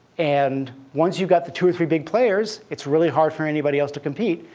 and once you've got the two or three big players, it's really hard for anybody else to compete.